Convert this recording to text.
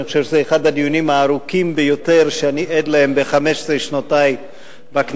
אני חושב שזה אחד הדיונים הארוכים ביותר שאני עד להם ב-15 שנותי בכנסת.